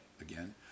again